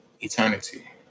eternity